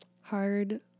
Hard